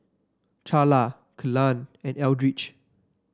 Charla Kelan and Eldridge